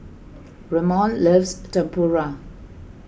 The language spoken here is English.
Ramon loves Tempura